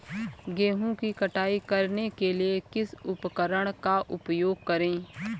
गेहूँ की कटाई करने के लिए किस उपकरण का उपयोग करें?